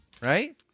right